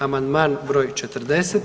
Amandman broj 40.